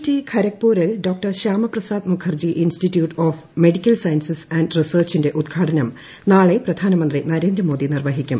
T ഖരഗ്പൂറിൽ Dr ശ്യാമിപ്സാദ് Mukherjee institute of medical sciences and റീസെർച്ചിന്റെ ഉദ്ഘാടനം നാളെ പ്രധാനമന്ത്രി നരേന്ദ്രമോദ്ദി നീർവ്വഹിക്കും